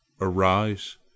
Arise